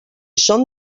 són